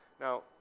Now